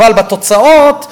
אבל בתוצאות,